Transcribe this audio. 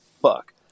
fuck